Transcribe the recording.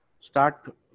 start